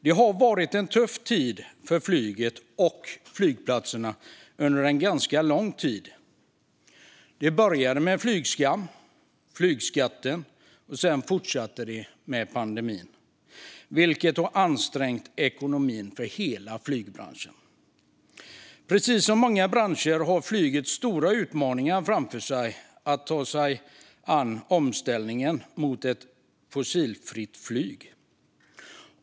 Det har varit tufft för flyget och flygplatserna under ganska lång tid. Det började med flygskam och flygskatt och fortsatte med pandemin, vilket har ansträngt ekonomin för hela flygbranschen. Precis som många andra branscher har flyget stora utmaningar framför sig när det gäller omställningen till fossilfritt.